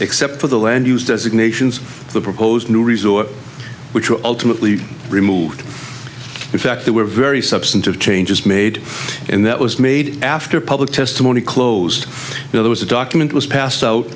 except for the land use designation the proposed new resort which will ultimately remove the fact that we're very substantive changes made in that was made after public testimony closed there was a document was passed out